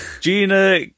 Gina